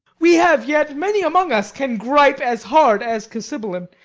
we have yet many among us can gripe as hard as cassibelan.